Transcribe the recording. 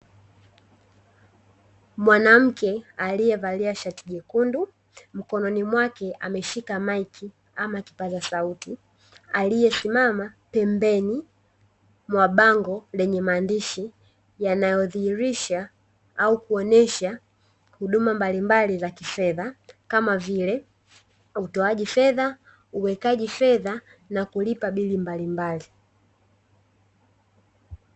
Mwanamke alievalia shati jekundu, mkononi mwake ameshika maiki ama kipaza sauti, aliesimama pembeni ya bango lenye maandishi yanayo dhihirisha ama kuonyesha huduma mbalimbali za kifedha kama vile, utoaji fedha, uwekaji fedha na kulipa bili mbalimbali.